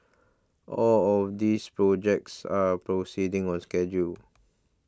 all of these projects are proceeding on schedule